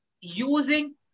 using